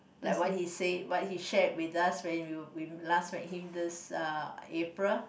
like what he said what he shared with us when you you last met him this uh April